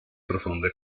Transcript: profonde